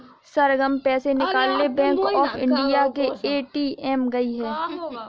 सरगम पैसे निकालने bank of India के ए.टी.एम गई है